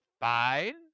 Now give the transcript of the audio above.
fine